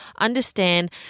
understand